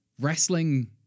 Wrestling